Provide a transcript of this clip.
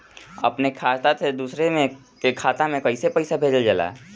अपने खाता से दूसरे के खाता में कईसे पैसा भेजल जाला?